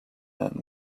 man